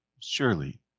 Surely